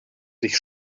sich